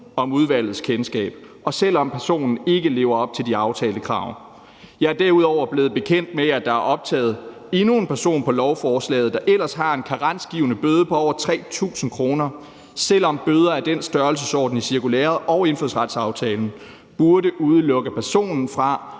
om udvalgets kendskab, og selv om personen ikke lever op til de aftalte krav. Jeg er derudover blevet bekendt med, at der er optaget endnu en person på lovforslaget, der ellers har en karensgivende bøde på over 3.000 kr., selv om bøder af den størrelsesorden i cirkulæret og indfødsretsaftalen burde udelukke personen fra